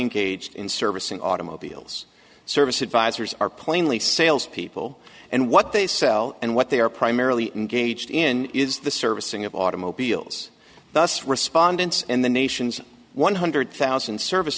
engaged in servicing automobiles service advisors are plainly sales people and what they sell and what they are primarily engaged in is the servicing of automobiles thus respondents and the nation's one hundred thousand service